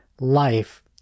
life